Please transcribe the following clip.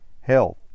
health